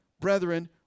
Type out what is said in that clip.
brethren